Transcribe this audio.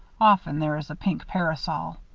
often there is a pink parasol.